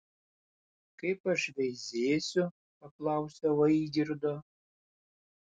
kaip aš veizėsiu paklausiau aigirdo